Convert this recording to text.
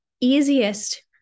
easiest